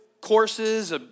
courses